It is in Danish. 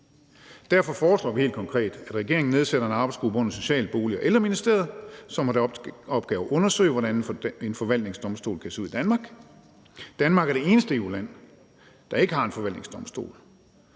Derfor foreslår vi helt konkret, at regeringen nedsætter en arbejdsgruppe under Social-, Bolig- og Ældreministeriet, som har til opgave at undersøge, hvordan en forvaltningsdomstol kan se ud i Danmark. Danmark er det eneste EU-land, der ikke har en forvaltningsdomstol,